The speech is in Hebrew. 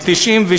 ב-1997.